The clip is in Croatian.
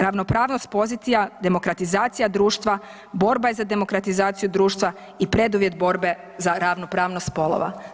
Ravnopravnost pozicija demokratizacija društva borba je za demokraciju društva i preduvjet za ravnopravnost spolova.